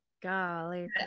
Golly